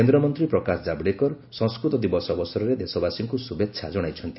କେନ୍ଦ୍ରମନ୍ତ୍ରୀ ପ୍ରକାଶ ଜାବଡେକର ସଂସ୍କୃତ ଦିବସ ଅବସରରେ ଦେଶବାସୀଙ୍କୁ ଶୁଭେଚ୍ଛା ଜଣାଇଛନ୍ତି